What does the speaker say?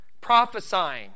Prophesying